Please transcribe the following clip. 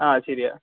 ആ ശരിയാണ്